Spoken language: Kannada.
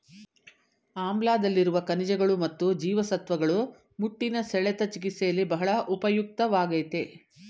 ಆಮ್ಲಾದಲ್ಲಿರುವ ಖನಿಜಗಳು ಮತ್ತು ಜೀವಸತ್ವಗಳು ಮುಟ್ಟಿನ ಸೆಳೆತ ಚಿಕಿತ್ಸೆಯಲ್ಲಿ ಬಹಳ ಉಪಯುಕ್ತವಾಗಯ್ತೆ